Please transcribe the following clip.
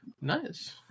nice